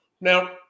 Now